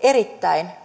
erittäin